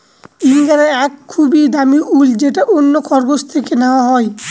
ইঙ্গরা এক খুবই দামি উল যেটা অন্য খরগোশ থেকে নেওয়া হয়